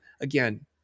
Again